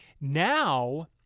Now